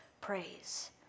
praise